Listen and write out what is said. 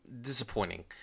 disappointing